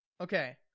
okay